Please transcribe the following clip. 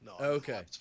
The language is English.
Okay